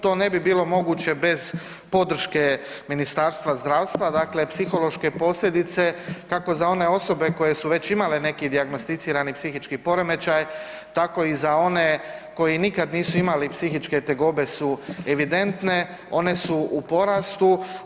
To ne bi bilo moguće bez podrške Ministarstva zdravstva, dakle psihološke posljedice kako za one osobe koje su već imale neki dijagnosticirani psihički poremećaj, tako i za one koje nikad nisu imali psihičke tegobe su evidentne, one su u porastu.